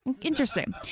Interesting